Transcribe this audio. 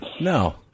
No